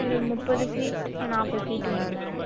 ஒரு முப்பது சீட் இல்லை நாற்பது சீட்டு வேணும்ங்க